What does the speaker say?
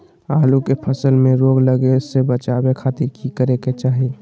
आलू के फसल में रोग लगे से बचावे खातिर की करे के चाही?